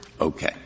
Okay